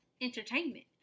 entertainment